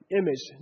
image